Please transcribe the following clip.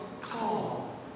call